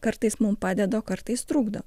kartais mum padeda o kartais trukdo